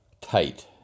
tight